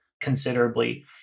considerably